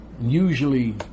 Usually